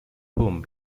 whom